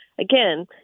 again